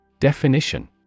Definition